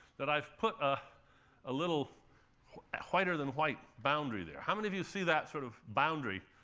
that i've put a ah little ah whiter-than-white boundary there. how many of you see that sort of boundary,